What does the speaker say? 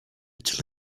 its